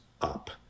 up